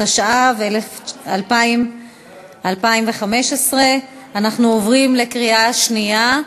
התשע"ו 2015. אנחנו עוברים לקריאה שנייה.